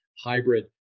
hybrid